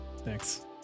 Thanks